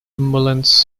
ambulance